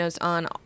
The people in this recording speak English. on